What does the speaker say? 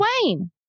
Wayne